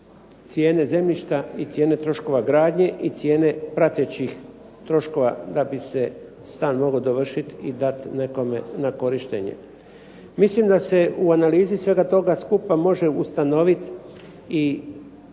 cijene zemljišta i cijene troškova gradnje i cijene pratećih troškova da bi se stan mogao dovršiti i dati nekome na korištenje. Mislim da se u analizi svega toga skupa može ustanoviti i